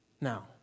Now